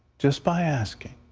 just by asking.